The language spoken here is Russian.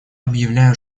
объявляю